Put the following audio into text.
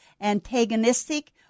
antagonistic